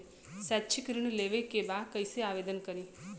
शैक्षिक ऋण लेवे के बा कईसे आवेदन करी?